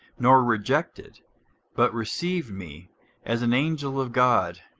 nor rejected but received me as an angel of god,